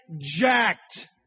jacked